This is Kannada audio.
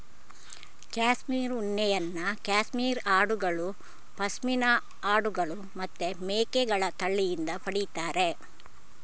ಕ್ಯಾಶ್ಮೀರ್ ಉಣ್ಣೆಯನ್ನ ಕ್ಯಾಶ್ಮೀರ್ ಆಡುಗಳು, ಪಶ್ಮಿನಾ ಆಡುಗಳು ಮತ್ತೆ ಮೇಕೆಗಳ ತಳಿಯಿಂದ ಪಡೀತಾರೆ